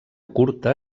curta